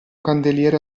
candeliere